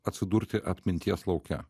atsidurti atminties lauke